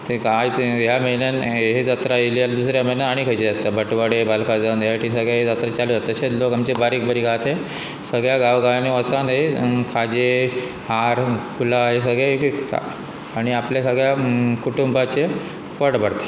ते आयज ह्या म्हयन्यान हे जात्रा ययली आल्या दुसऱ्या म्हयन्यान आनी खंयचे जाता बटवाडे बालकाजन हटी सगळे जात्रा चालू यता तशें लोक आमचे बारीक बारीक आह ते सगळ्या गांवगांवांनी वचोन खाजे हार फुलां हे सगळें विकता आनी आपल्या सगळ्या कुटुंबाचे पट भरता